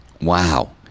Wow